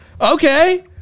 Okay